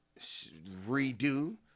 redo